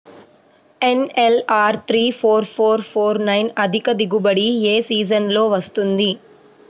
NLR three four four four nine అధిక దిగుబడి ఏ సీజన్లలో వస్తుంది?